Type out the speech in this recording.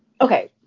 Okay